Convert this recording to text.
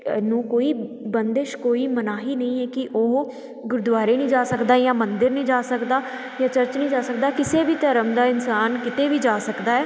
ਇਹਨੂੰ ਕੋਈ ਬੰਦਿਸ਼ ਕੋਈ ਮਨਾਹੀ ਨਹੀਂ ਹੈ ਕਿ ਉਹ ਗੁਰਦੁਆਰੇ ਨਹੀਂ ਜਾ ਸਕਦਾ ਜਾਂ ਮੰਦਰ ਨਹੀਂ ਜਾ ਸਕਦਾ ਜਾਂ ਚਰਚ ਨਹੀਂ ਜਾ ਸਕਦਾ ਕਿਸੇ ਵੀ ਧਰਮ ਦਾ ਇਨਸਾਨ ਕਿਤੇ ਵੀ ਜਾ ਸਕਦਾ ਹੈ